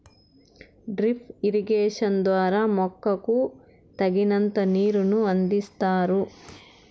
drip irrigation ద్వారా మొక్కకు తగినంత నీరును అందిస్తారు